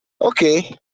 Okay